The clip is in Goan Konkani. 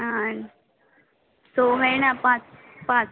आनी सो मेळना पांच पांच